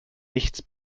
nichts